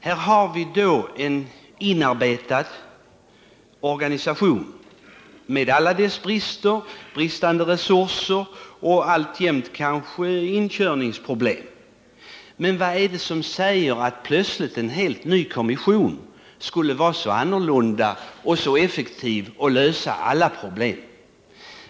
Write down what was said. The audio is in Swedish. Här har vi en inarbetad organisation, med alla dess brister — bristande resurser och kanske alltjämt inkörningsproblem. Men vad är det som säger att en helt ny kommission plötsligt skulle vara så annorlunda och så effektiv och kunna lösa alla problem?